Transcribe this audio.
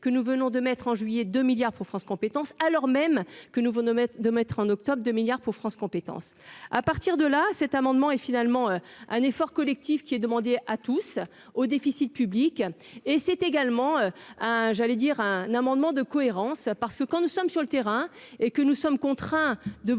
que nous venons de mettre en juillet 2 milliards pour France compétences alors même que nouveau n'omettent de mettre en octobre 2 milliards pour France compétences à partir de là, cet amendement et finalement un effort collectif qui est demandé à tous au déficit public et c'est également ah, j'allais dire un amendement de cohérence parce que quand nous sommes sur le terrain et que nous sommes contraints de voter des